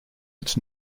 its